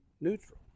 neutral